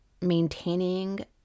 maintaining